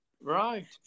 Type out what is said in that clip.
Right